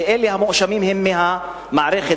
שאלה המואשמים הם מהמערכת,